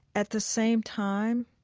at the same time,